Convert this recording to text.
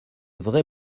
vrais